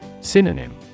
Synonym